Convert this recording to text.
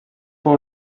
fou